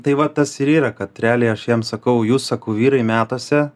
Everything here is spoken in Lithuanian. tai va tas ir yra kad realiai aš jiem sakau jūs sakau vyrai metuose